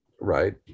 right